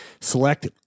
select